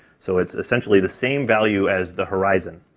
so it's essentially the same value as the horizon.